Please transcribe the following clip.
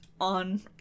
on